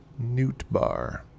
Newtbar